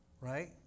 Right